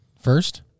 first